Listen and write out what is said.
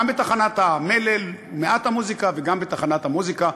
גם בתחנת המלל עם מעט המוזיקה וגם בתחנת המוזיקה.